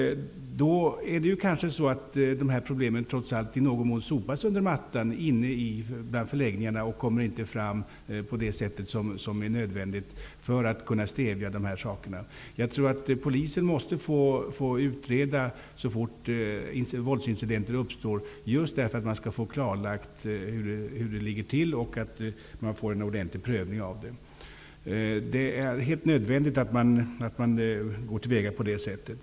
Det tyder på att problemen kanske trots allt i någon mån sopas under mattan. Problemen stannar på förläggningarna och kommer inte fram på det sätt som är nödvändigt för att man skall kunna stävja våldet. Jag tror att polisen måste få utreda våldsincidenter så fort de uppstår, just därför att man skall få klarlagt hur det ligger till och för att man skall få en ordentlig prövning av det. Det är helt nödvändigt att man går till väga på det sättet.